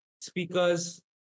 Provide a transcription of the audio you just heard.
speakers